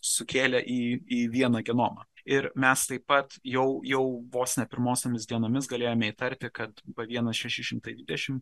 sukėlė į į vieną genomą ir mes taip pat jau jau vos ne pirmosiomis dienomis galėjome įtarti kad b vienas šeši šimtai dvidešim